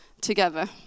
together